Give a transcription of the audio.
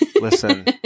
Listen